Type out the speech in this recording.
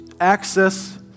access